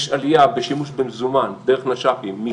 יש עליה בשימוש במזומן דרך נש"פים,